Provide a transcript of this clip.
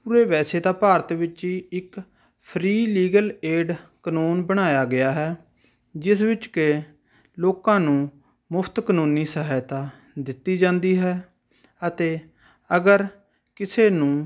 ਉਰੇ ਵੈਸੇ ਤਾਂ ਭਾਰਤ ਵਿੱਚ ਹੀ ਇੱਕ ਫ੍ਰੀ ਲੀਗਲ ਏਡ ਕਾਨੂੰਨ ਬਣਾਇਆ ਗਿਆ ਹੈ ਜਿਸ ਵਿੱਚ ਕਿ ਲੋਕਾਂ ਨੂੰ ਮੁਫ਼ਤ ਕਾਨੂੰਨੀ ਸਹਾਇਤਾ ਦਿੱਤੀ ਜਾਂਦੀ ਹੈ ਅਤੇ ਅਗਰ ਕਿਸੇ ਨੂੰ